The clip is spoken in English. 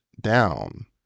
down